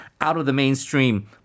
out-of-the-mainstream